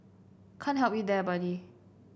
can't help you there buddy